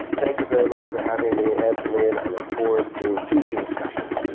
thank you very much for having me, antony, and i look forward to future discussions